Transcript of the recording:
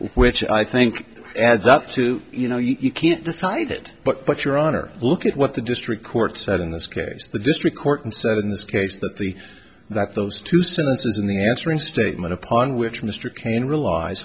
which i think adds up to you know you can't decide it but but your honor look at what the district court said in this case the district court and said in this case that the that those two sentences and the answer in statement upon which mr cain realize